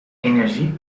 energie